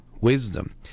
wisdom